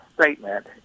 statement